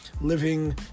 living